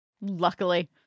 Luckily